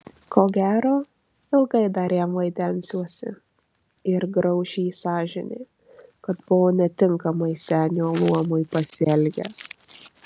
ko gero ilgai dar jam vaidensiuosi ir grauš jį sąžinė kad buvo netinkamai senio luomui pasielgęs